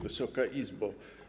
Wysoka Izbo!